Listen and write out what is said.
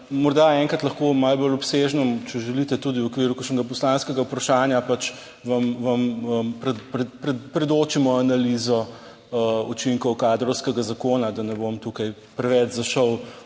morda enkrat lahko malo bolj obsežne, če želite, tudi v okviru kakšnega poslanskega vprašanja, pač vam predočimo analizo učinkov kadrovskega zakona. da ne bom tukaj preveč zašel